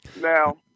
Now